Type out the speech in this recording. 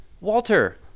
Walter